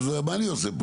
אז מה אני עושה פה.